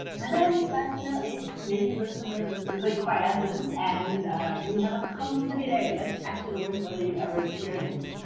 and then, that's been at least. maybe you live somewhere that's really quiescent, and you have a calm, sunny day. and that's actually the worst weather you've ever experienced.